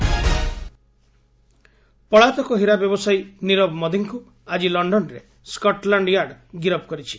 UK Nirav Modi ପଳାତକ ହୀରା ବ୍ୟବସାୟୀ ନୀରବ ମୋଦୀଙ୍କୁ ଆଜି ଲଣ୍ଡନରେ ସ୍କର୍ଟଲାଣ୍ଡ ୟାର୍ଡ ଗିରଫ କରିଛି